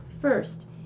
First